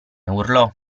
urlò